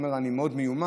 הם אומרים: אני מאוד מיומן.